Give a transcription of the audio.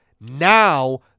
now